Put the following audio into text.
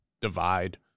divide